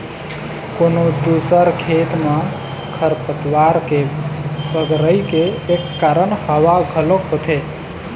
कोनो दूसर खेत म खरपतवार के बगरई के एक कारन हवा घलोक होथे